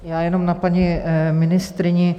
Já jenom na paní ministryni.